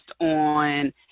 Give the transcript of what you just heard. on